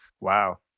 Wow